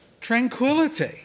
tranquility